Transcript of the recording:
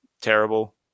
terrible